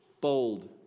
Bold